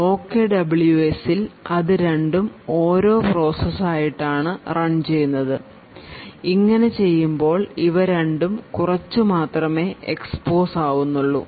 OKWSൽ അത് രണ്ടും ഓരോ പ്രോസസ് ആയിട്ടാണ് റൺ ചെയ്യുന്നത് ഇങ്ങനെ ചെയ്യുമ്പോൾ ഇവ രണ്ടും കുറച്ചു മാത്രമേ എക്സ്പോസ് ആവുന്നുള്ളൂ